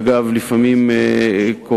אגב, לפעמים קורות